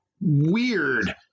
Weird